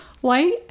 White